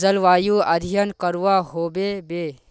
जलवायु अध्यन करवा होबे बे?